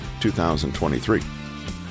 2023